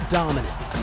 dominant